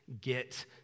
get